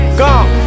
gone